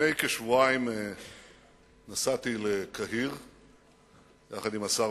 לפני כשבועיים נסעתי לקהיר יחד עם השר